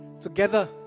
Together